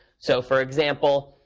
so for example,